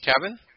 Kevin